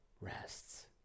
rests